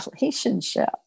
relationship